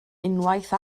unwaith